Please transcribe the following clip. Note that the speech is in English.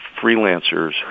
freelancers